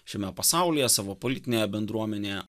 šiame pasaulyje savo politinėje bendruomėje